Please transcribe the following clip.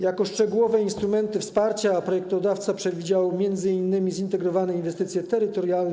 Jako szczegółowe instrumenty wsparcia projektodawca przewidział m.in. zintegrowane inwestycje terytorialne.